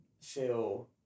feel